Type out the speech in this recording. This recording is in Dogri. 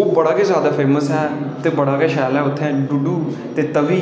ओह् बड़ा गै ज्यादा फेमस ऐ ते बड़ा गै ज्यादा शैल ऐ ते उत्थै डूड्डू ते तवी